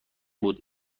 بود